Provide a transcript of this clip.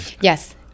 Yes